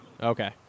Okay